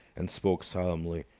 and spoke solemnly.